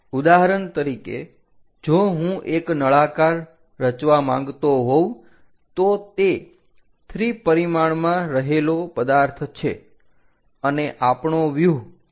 ઉદાહરણ તરીકે જો હું એક નળાકાર રચવા માંગતો હોવ તો તે 3 પરિમાણમાં રહેલો પદાર્થ છે અને આપણો વ્યુહ આ દિશાએથી છે